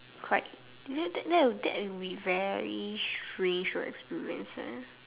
quite that that would be very strange reaction